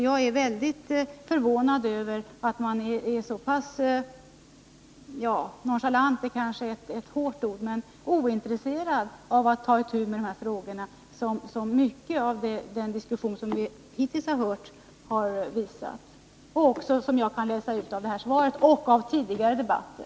Jag är väldigt förvånad över att man är så pass — nonchalant kanske är ett hårt ord — ointresserad av att ta itu med de här frågorna, vilket mycket av den diskussion vi hittills hört har visat och som jag kan läsa ut av detta svar och av tidigare debatter.